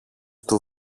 του